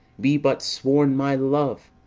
be but sworn my love,